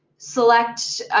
select